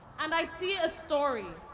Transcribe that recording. and i see a story,